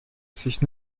sich